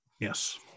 Yes